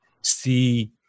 see